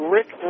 Rick